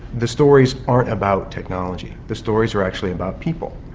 the stories aren't about technology the stories are actually about people.